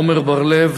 עמר בר-לב,